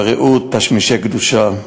בריהוט, בתשמישי קדושה.